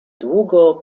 długo